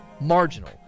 Marginal